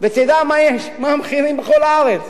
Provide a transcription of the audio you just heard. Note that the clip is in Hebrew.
ותדע מה המחירים בכל הארץ.